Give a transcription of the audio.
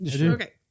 Okay